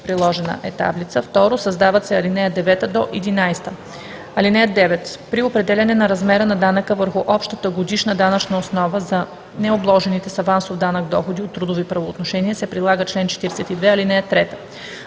Приложена е таблица. 2. Създават се алинеи 9 – 11: „(9) При определяне на размера на данъка върху общата годишна данъчна основа за необложените с авансов данък доходи от трудови правоотношения се прилага чл. 42, ал. 3.